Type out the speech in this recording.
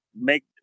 make